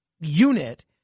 unit